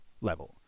level